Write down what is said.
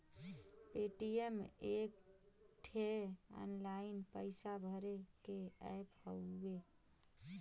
Paytm एक ठे online पइसा भरे के ऐप हउवे